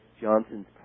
Johnson's